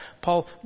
Paul